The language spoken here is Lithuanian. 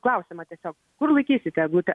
klausimą tiesiog kur laikysite eglutę